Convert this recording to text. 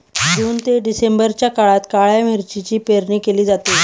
जून ते डिसेंबरच्या काळात काळ्या मिरीची पेरणी केली जाते